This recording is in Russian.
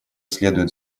следует